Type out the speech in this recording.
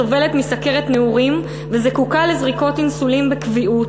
סובלת מסוכרת נעורים וזקוקה לזריקות אינסולין בקביעות,